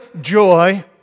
joy